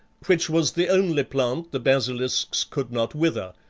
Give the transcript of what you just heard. which was the only plant the basilisks could not wither,